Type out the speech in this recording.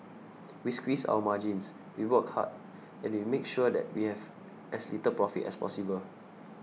we squeeze our margins we work hard and we make sure that we have as little profit as possible